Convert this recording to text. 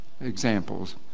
examples